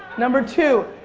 number two,